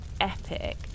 epic